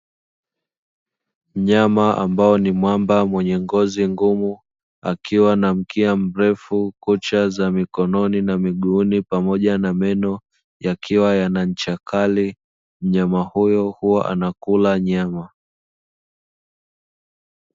Mnyama ambao ni mwamba mwenye ngozi ngumu akiwa na mkia mrefu, kucha za mikononi na miguuni pamoja na meno yakiwa yana ncha kali. Mnyama huyu huwa anakula nyama.